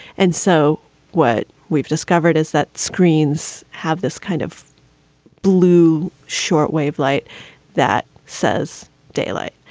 and so what we've discovered is that screens have this kind of blue shortwave light that says daylight,